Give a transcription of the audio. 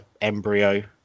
embryo